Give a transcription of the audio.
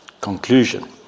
conclusion